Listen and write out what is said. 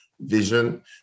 vision